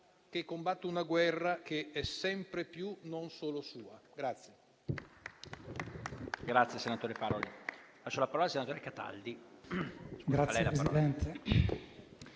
che combatte una guerra che è sempre più non solo sua.